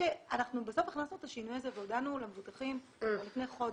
אנחנו בסוף הכנסנו את השינוי הזה והודענו למבוטחים כבר לפני חודש.